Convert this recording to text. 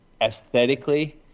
aesthetically